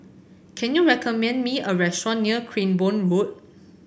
can you recommend me a restaurant near Cranborne Road